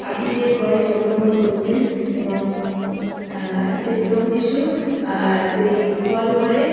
পাপীদের ঘরে জন্মগ্রহণ করেছেন এবং সেই প্রভু যীশু সেই গোয়াল ঘরে